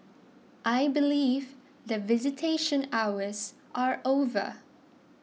I believe that visitation hours are over